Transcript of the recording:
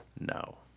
No